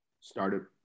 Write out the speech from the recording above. started